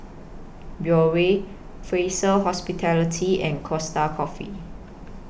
Biore Fraser Hospitality and Costa Coffee